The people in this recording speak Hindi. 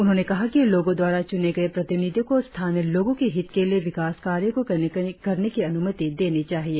उन्होंने कहा कि लोगों द्वारा चुने गए प्रतिनिधियों को स्थानीय लोगों के हित के लिए विकास कार्यों को करने की अनुमति देनी चाहिए